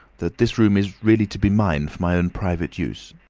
that this room is really to be mine for my own private use.